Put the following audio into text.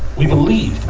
we believed,